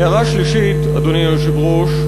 הערה שלישית, אדוני היושב-ראש,